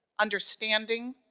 understanding,